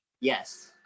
Yes